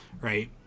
right